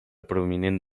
prominent